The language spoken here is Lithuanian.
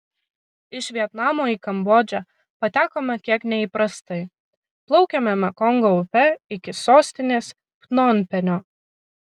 iš vietnamo į kambodžą patekome kiek neįprastai plaukėme mekongo upe iki sostinės pnompenio